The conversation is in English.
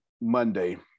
Monday